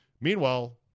Meanwhile